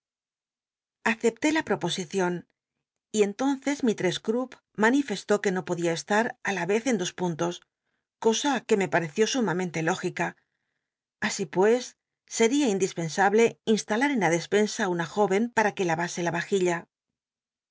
acepté la proposieion y entonces mistess cntpp manifestó que no podía estar ti la ez en dos puntos cosa que me pateció sumamen te lógica asi pues sel'ia indispensable insta lat en la despensa una jó en para que lavase la vajilla